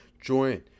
join